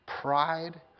pride